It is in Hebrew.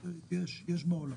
תודה.